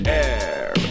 air